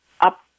up